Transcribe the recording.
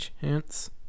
chance